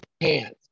hands